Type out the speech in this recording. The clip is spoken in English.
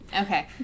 Okay